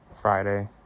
Friday